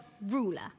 ruler